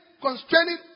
constraining